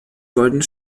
goldene